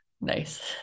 Nice